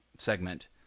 segment